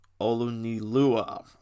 Olunilua